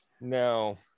no